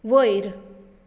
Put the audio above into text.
वयर